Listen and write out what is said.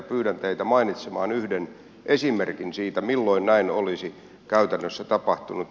pyydän teitä mainitsemaan yhden esimerkin siitä milloin näin olisi käytännössä tapahtunut